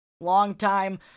long-time